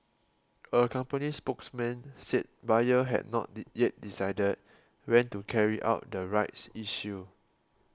a company spokesman said Bayer had not yet decided when to carry out the rights issue